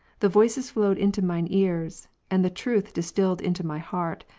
the voices flowed into mine ears, and the truth distilled into my heart,